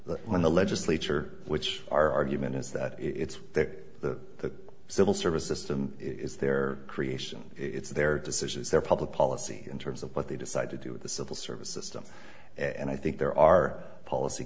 why when the legislature which our argument is that it's the civil service system it is their creation it's their decision is their public policy in terms of what they decide to do with the civil service system and i think there are policy